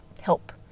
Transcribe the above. help